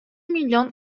milyon